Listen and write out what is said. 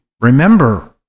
remember